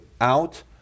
out